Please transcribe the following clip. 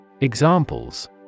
Examples